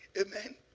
Amen